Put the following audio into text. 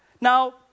Now